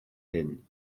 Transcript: hyn